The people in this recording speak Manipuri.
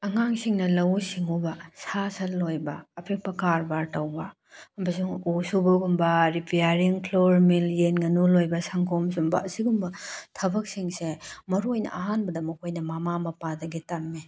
ꯑꯉꯥꯡꯁꯤꯡꯅ ꯂꯧꯎ ꯁꯤꯡꯎꯕ ꯁꯥ ꯁꯟ ꯂꯣꯏꯕ ꯑꯄꯤꯛꯄ ꯀ꯭ꯔꯕꯥꯔ ꯇꯧꯕ ꯑꯃꯁꯨꯡ ꯎ ꯁꯨꯕꯒꯨꯝꯕ ꯔꯤꯄꯤꯌꯥꯔꯤꯡ ꯐ꯭ꯂꯣꯔ ꯃꯤꯜ ꯌꯦꯟ ꯉꯥꯅꯨ ꯂꯣꯏꯕ ꯁꯪꯒꯣꯝ ꯁꯨꯝꯕ ꯑꯁꯤꯒꯨꯝꯕ ꯊꯕꯛꯁꯤꯡꯁꯦ ꯃꯔꯨꯑꯣꯏꯅ ꯑꯍꯥꯟꯕꯗ ꯃꯈꯣꯏꯅ ꯃꯃꯥ ꯃꯄꯥꯗꯒꯤ ꯇꯝꯃꯦ